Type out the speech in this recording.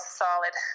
solid